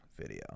video